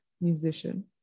musician